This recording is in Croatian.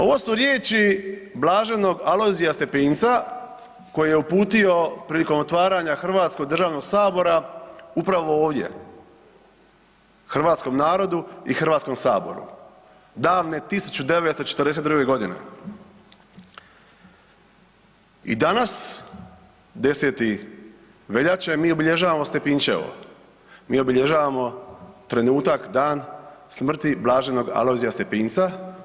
Ovo su riječi Blaženog Alojzija Stepinca koji je uputio prilikom otvaranja Hrvatskog državnog sabora upravo ovdje hrvatskom narodu i HS davne 1942.g. I danas 10. veljače mi obilježavamo Stepinčevo, mi obilježavamo trenutak, dan smrti Blaženog Alojzija Stepinca.